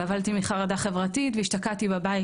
סבלתי מחרדה חברתית והשתקעתי בבית,